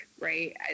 right